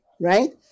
right